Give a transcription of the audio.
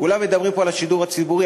כולם מדברים פה על השידור הציבורי.